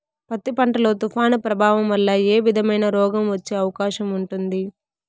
పత్తి పంట లో, తుఫాను ప్రభావం వల్ల ఏ విధమైన రోగం వచ్చే అవకాశం ఉంటుంది?